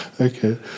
Okay